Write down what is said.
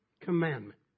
commandment